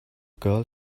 girl